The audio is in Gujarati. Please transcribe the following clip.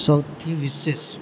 સૌથી વિશેષ